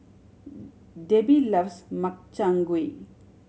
Debby loves Makchang Gui